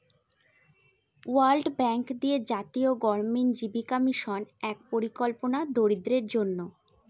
world bank দিয়ে জাতীয় গড়ামিন জীবিকা মিশন এক পরিকল্পনা দরিদ্রদের জন্য